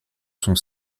son